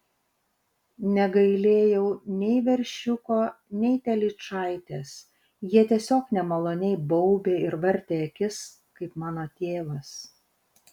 negailėjau nei veršiuko nei telyčaitės jie tiesiog nemaloniai baubė ir vartė akis kaip mano tėvas